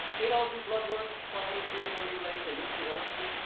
they all do blood work, call me three or four days later say mr. yourofsky,